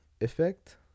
effect